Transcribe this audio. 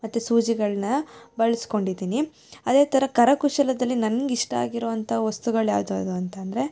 ಮತ್ತು ಸೂಜಿಗಳನ್ನು ಬಳಸ್ಕೊಂಡಿದೀನಿ ಅದೇ ಥರ ಕರಕುಶಲದಲ್ಲಿ ನನಗಿಷ್ಟ ಆಗಿರುವಂಥ ವಸ್ತುಗಳು ಯಾವ್ದು ಯಾವ್ದು ಅಂತಂದರೆ